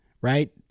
right